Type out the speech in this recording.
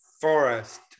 forest